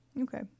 okay